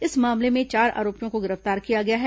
इस मामले में चार आरोपियों को गिरफ्तार किया गया है